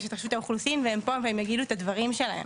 יש את רשות האוכלוסין והם פה והם יגידו את הדברים שלהם.